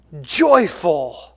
Joyful